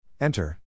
Enter